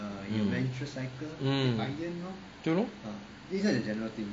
对 lor